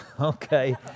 Okay